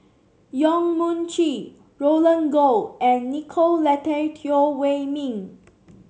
Yong Mun Chee Roland Goh and Nicolette Teo Wei Min